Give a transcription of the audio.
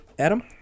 Adam